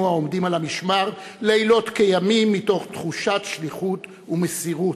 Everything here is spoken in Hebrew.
העומדים על המשמר לילות כימים מתוך תחושת שליחות ומסירות.